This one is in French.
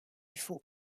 faut